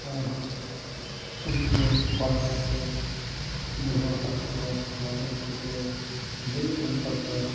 ᱟᱨ ᱦᱚᱸ ᱠᱟᱹᱢᱤᱭᱟᱹ ᱠᱚᱲᱟ ᱠᱚᱠᱚ ᱫᱚᱦᱚ ᱟᱠᱟᱫ ᱠᱚᱣᱟ ᱟᱨ ᱩᱱᱠᱩ ᱠᱚ ᱧᱮᱞ ᱥᱟᱢᱴᱟᱣ ᱠᱚᱣᱟ